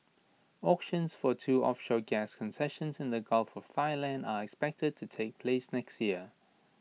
auctions for two offshore gas concessions in the gulf of Thailand are expected to take place next year